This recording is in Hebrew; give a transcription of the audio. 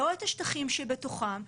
לא את השטחים שבתוכן,